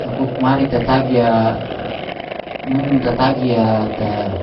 nakuk mari tatagi nun tatagi ata